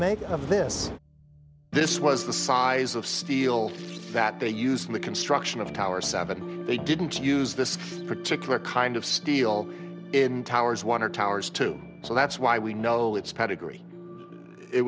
make of this this was the size of steel that they used in the construction of tower seven they didn't use this particular kind of steel in towers one or towers two so that's why we know it's pedigree it